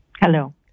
Hello